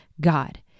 God